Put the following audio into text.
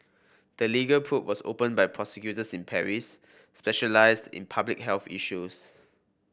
the legal probe was opened by prosecutors in Paris specialised in public health issues